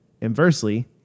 Inversely